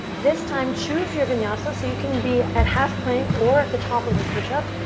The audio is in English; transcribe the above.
this time, choose your vinyasa. so you can be at half plank or at the top of a pushup.